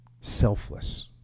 selfless